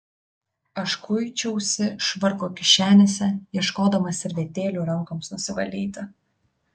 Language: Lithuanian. aš kuičiausi švarko kišenėse ieškodamas servetėlių rankoms nusivalyti